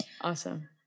Awesome